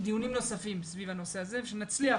דיונים נוספים סביב הנושא הזה ושנצליח.